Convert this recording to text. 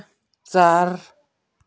चार